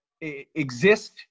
exist